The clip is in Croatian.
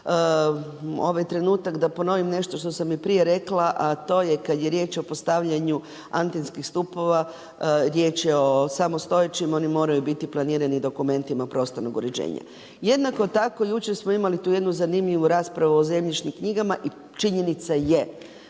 ovaj trenutak da ponovim nešto što sam i prije rekla, a to je kada je riječ o postavljanju antenskih stupova riječ je o samostojećim, oni moraju biti planirani u dokumentima prostornog uređenja. Jednako tako jučer smo imali tu jednu zanimljivu raspravu o zemljišnim knjigama i činjenica je